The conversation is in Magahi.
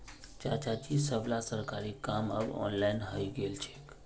चाचाजी सबला सरकारी काम अब ऑनलाइन हइ गेल छेक